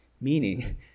Meaning